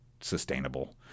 sustainable